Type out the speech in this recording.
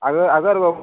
आगो आगर गो